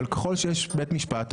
אבל ככל שיש בית משפט,